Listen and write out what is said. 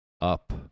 up